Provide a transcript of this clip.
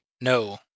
No